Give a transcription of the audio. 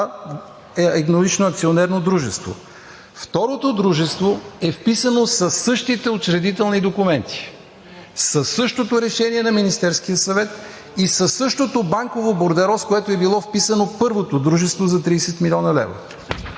а еднолично акционерно дружество. Второто дружество е вписано със същите учредителни документи, със същото решение на Министерския съвет и със същото банково бордеро, с което е било вписано първото дружество за 30 млн. лв.